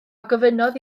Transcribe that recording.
gofynnodd